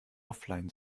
offline